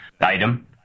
item